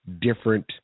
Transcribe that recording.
different